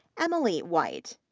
emily white,